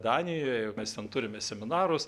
danijoje mes ten turime seminarus